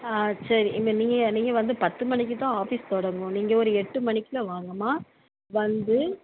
ஆ சரி இங்கே நீங்கள் நீங்கள் வந்து பத்து மணிக்குதான் ஆஃபீஸ் தொடங்கும் நீங்கள் ஒரு எட்டு மணிக்கெலாம் வாங்கம்மா வந்து